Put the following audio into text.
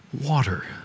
Water